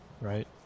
right